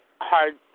hard